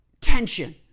tension